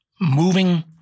moving